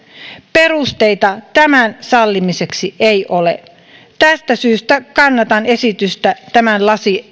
perusteita tämän sallimiseksi ei ole tästä syystä kannatan esitystä tämän